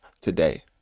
today